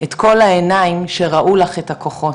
את כל העיניים שראו לך את הכוחות,